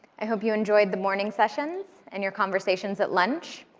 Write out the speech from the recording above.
i hope you enjoyed the morning sessions and your conversations at lunch,